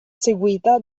seguita